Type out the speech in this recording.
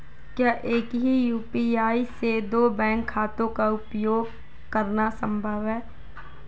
क्या एक ही यू.पी.आई से दो बैंक खातों का उपयोग करना संभव है?